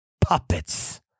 puppets